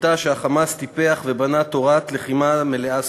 שיטה שה"חמאס" טיפח ובנה תורת לחימה מלאה סביבה.